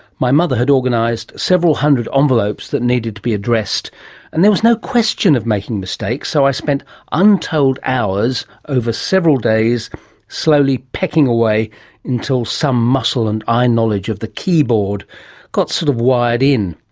my mother had organised several hundred envelopes that needed to be addressed and there was no question of making mistakes, so i spent untold hours, over several days slowly pecking away until some muscle and eye knowledge of the keyboard got sort of wired in.